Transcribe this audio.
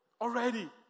already